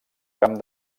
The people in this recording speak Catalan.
camp